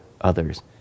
others